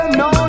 no